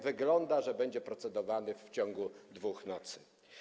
Wygląda, że ten będzie procedowany w ciągu dwóch nocy.